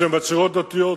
שמצהירות שהן דתיות,